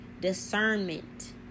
discernment